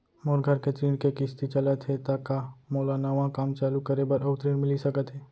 मोर घर के ऋण के किसती चलत हे ता का मोला नवा काम चालू करे बर अऊ ऋण मिलिस सकत हे?